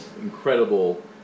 incredible